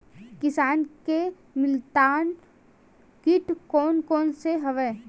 किसान के मितान कीट कोन कोन से हवय?